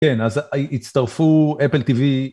כן, אז הצטרפו, אפל טיווי.